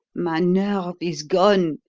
my nerve is gone.